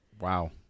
Wow